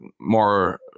more